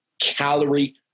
calorie